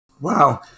Wow